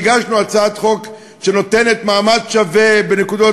הגשנו הצעת חוק שנותנת מעמד שווה בנקודות